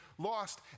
lost